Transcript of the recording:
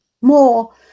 more